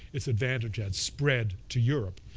its advantage had spread to europe,